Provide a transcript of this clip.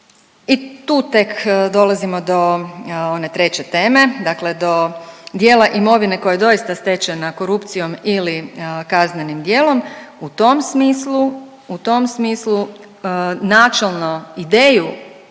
I tu tek dolazimo do one treće teme, dakle do dijela imovine koja je doista stečena korupcijom ili kaznenim dijelom, u tom smislu, u